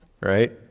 right